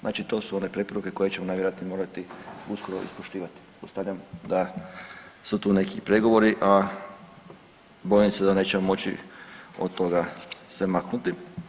Znači to su one preporuke koje ćemo najvjerojatnije morati uskoro i poštivati pretpostavljam da su tu neki pregovori, a bojim se da nećemo moći od toga se maknuti.